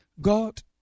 God